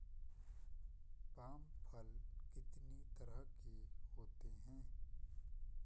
Palm फल कितनी तरह के होते हैं?